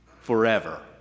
forever